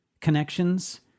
connections